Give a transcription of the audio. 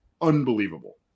unbelievable